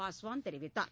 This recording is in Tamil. பாஸ்வான் தெரிவித்தார்